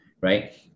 right